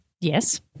yes